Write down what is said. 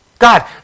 God